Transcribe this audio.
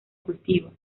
cultivo